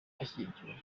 ashyigikiwe